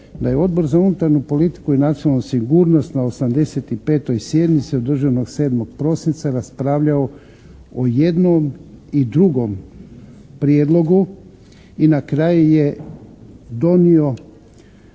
da je Odbor za unutarnju politiku i nacionalnu sigurnost na 85. sjednici održanoj 7. prosinca raspravljalo o jednom i drugom prijedlogu i na kraju je donio